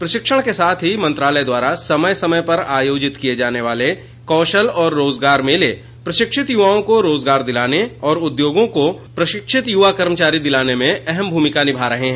प्रशिक्षण के साथ ही मंत्रालय द्वारा समय समय पर आयोजित किये जाने वाले कौशल और रोजगार मेले प्रशिक्षित युवाओं को रोजगार दिलाने और उद्योगों को प्रशिक्षित युवा कर्मचारी दिलाने मे अहम भूमिका निभा रहे हैं